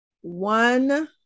One